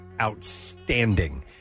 outstanding